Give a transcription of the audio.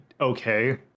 Okay